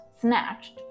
snatched